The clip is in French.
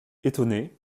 étonné